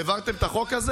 העברתם את החוק הזה?